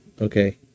Okay